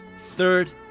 Third